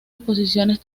exposiciones